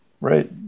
Right